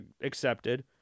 accepted